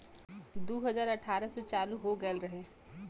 दू हज़ार अठारह से चालू हो गएल रहे